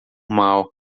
mal